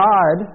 God